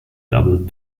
doubled